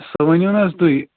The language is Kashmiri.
سُہ ؤنِو نہٕ حظ تُہۍ